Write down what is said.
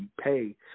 pay